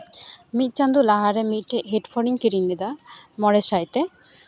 ᱢᱤᱫ ᱪᱟᱸᱫᱳ ᱞᱟᱦᱟᱨᱮ ᱢᱤᱫᱴᱮᱡ ᱦᱮᱰᱯᱷᱳᱱᱤᱧ ᱠᱤᱨᱤᱧ ᱞᱮᱫᱟ ᱢᱚᱬᱮ ᱥᱟᱭᱛᱮ